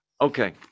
okay